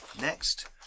Next